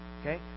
Okay